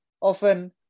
often